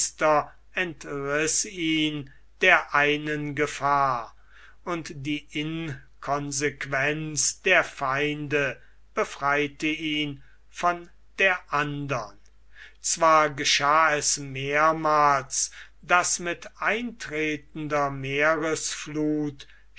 der einen gefahr und die inconsequenz der feinde befreite ihn von der andern zwar geschah es mehrmals daß mit eintretender meeresfluth